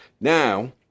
Now